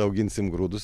auginsim grūdus